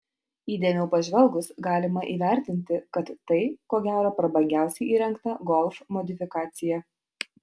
įdėmiau pažvelgus galima įvertinti kad tai ko gero prabangiausiai įrengta golf modifikacija